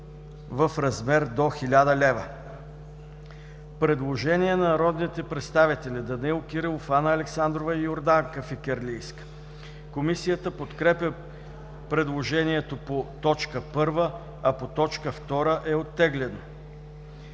в размер до 1000 лева.“ Предложение на народните представители Данаил Кирилов, Анна Александрова и Йорданка Фикирлийска. Комисията подкрепя предложението по т. 1, а по т. 2 е оттеглено.